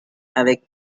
avec